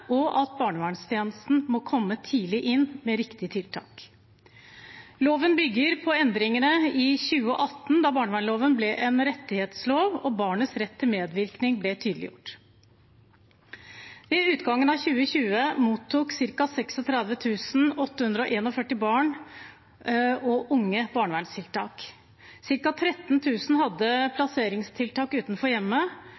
og at barnevernstjenesten må komme tidlig inn med riktig tiltak. Loven bygger på endringene i 2018, da barnevernloven ble en rettighetslov, og barnets rett til medvirkning ble tydeliggjort. Ved utgangen av 2020 mottok 36 841 barn og unge barnevernstiltak. Cirka 13 000 hadde plasseringstiltak utenfor hjemmet, og av disse var 959 barn og unge